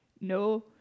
No